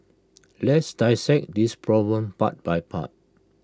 let's dissect this problem part by part